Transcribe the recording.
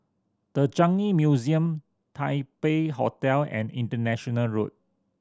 The Changi Museum Taipei Hotel and International Road